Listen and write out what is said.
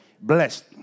blessed